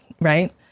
right